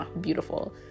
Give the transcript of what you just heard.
beautiful